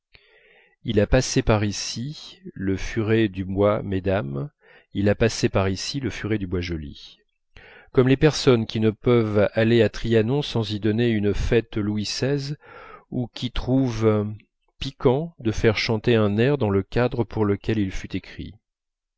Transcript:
il a passé par ici le furet du bois mesdames il a passé par ici le furet du bois joli comme les personnes qui ne peuvent aller à trianon sans y donner une fête louis xvi ou qui trouvent piquant de faire chanter un air dans le cadre pour lequel il fut écrit